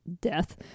death